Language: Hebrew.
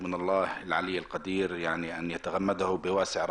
לכמה רציחות בשבוע האחרון של שני צעירים מעוספייה,